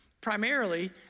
primarily